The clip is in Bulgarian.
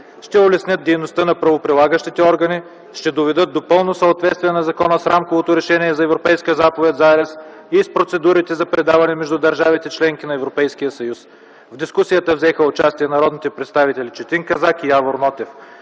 ще улеснят дейността на правоприлагащите органи, ще доведат до пълно съответствие на закона с Рамковото решение за Европейската заповед за арест и с процедурите за предаване между държавите – членки на Европейския съюз. В дискусията взеха участие народните представители Четин Казак и Явор Нотев.